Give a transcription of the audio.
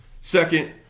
Second